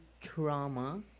trauma